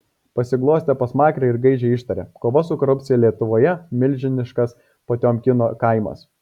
pasiglostė pasmakrę ir gaižiai ištarė kova su korupcija lietuvoje milžiniškas potiomkino kaimas